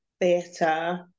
theatre